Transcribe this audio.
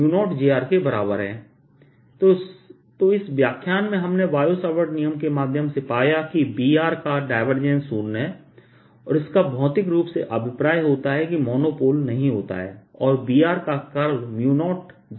तो इस व्याख्यान में हमने बायो सावर्ट नियम के माध्यम से पाया कि Br का डायवर्जेंस शून्य है और इसका भौतिक रूप से अभिप्राय होता है कि मोनोपोल नहीं होता है और Br का कर्ल 0j के बराबर है